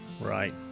Right